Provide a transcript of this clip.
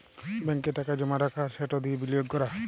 ব্যাংকে টাকা জমা রাখা আর সেট দিঁয়ে বিলিয়গ ক্যরা